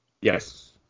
Yes